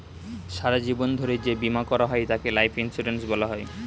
সারা জীবন ধরে যে বীমা করা হয় তাকে লাইফ ইন্স্যুরেন্স বলা হয়